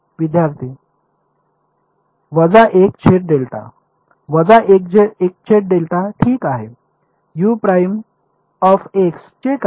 विद्यार्थीः वजा 1 छेद डेल्टा ठीक आहे चे काय